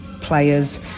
players